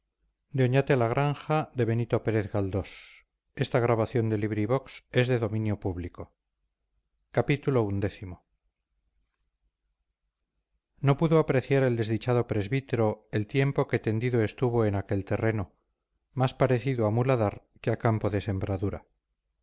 no pudo apreciar el desdichado presbítero el tiempo que tendido estuvo en aquel terreno más parecido a muladar que a campo de sembradura